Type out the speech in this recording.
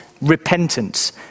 repentance